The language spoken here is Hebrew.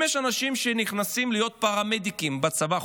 אם יש אנשים שנכנסים להיות פרמדיקים בצבא,